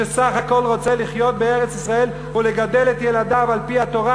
שסך הכול רוצה לחיות בארץ-ישראל ולגדל את ילדיו על-פי התורה?